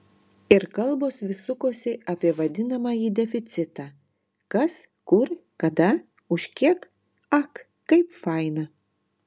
ir kalbos vis sukosi apie vadinamąjį deficitą kas kur kada už kiek ak kaip faina